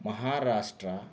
Maharashtra